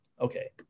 okay